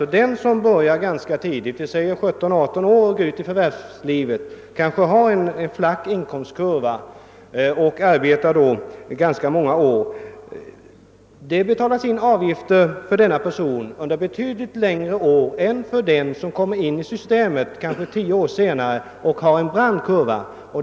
För den som går ut i förvärvslivet tidigt, vid 17—18 års ålder, kanske har en flack inkomstkurva och arbetar ganska många år betalas det in avgifter under betydligt längre tid än för den som kommer in i systemet vid en kanske tio år högre levnadsålder och har en brant inkomstkurva.